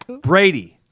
Brady